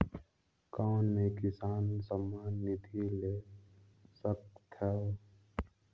कौन मै किसान सम्मान निधि ले सकथौं?